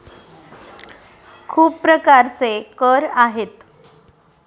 खूप प्रकारचे कर आहेत